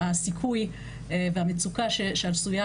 יש לנו כמובן עוד הרבה מאוד עבודה לעשות אבל כשהמעמד הזה מסתיים,